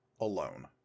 alone